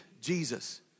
Jesus